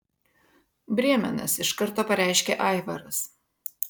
brėmenas iš karto pareiškė aivaras